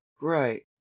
right